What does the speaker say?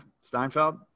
Steinfeld